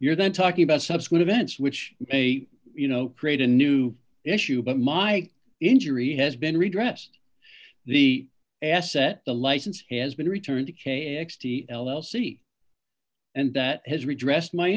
you're then talking about subsequent events which may you know create a new issue but my injury has been redressed the asset the license has been returned to the l l c and that has redress my